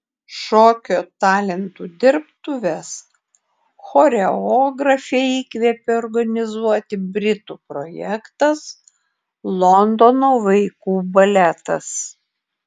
šokio talentų dirbtuves choreografę įkvėpė organizuoti britų projektas londono vaikų baletas